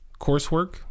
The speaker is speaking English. coursework